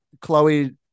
Chloe